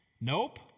Nope